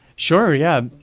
sure, yeah.